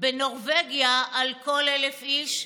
בנורבגיה על כל 1,000 איש,